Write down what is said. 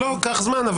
כל החיים לפנינו.